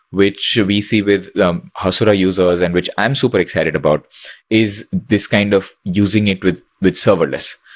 which we see with hasura users and which i'm super excited about is this kind of using it with with serverless,